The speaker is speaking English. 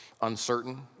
uncertain